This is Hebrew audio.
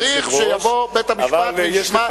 צריך שיבוא בית-המשפט וישמע.